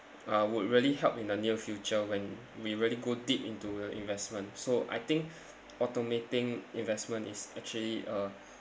uh would really help in the near future when we really go deep into the investment so I think automating investment is actually a